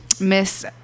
miss